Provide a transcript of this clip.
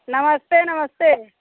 नमस्ते नमस्ते